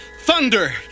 thunder